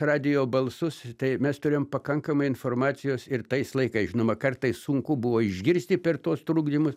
radijo balsus tai mes turėjom pakankamai informacijos ir tais laikais žinoma kartais sunku buvo išgirsti per tuos trukdymus